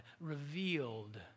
revealed